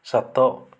ସାତ